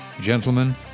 Gentlemen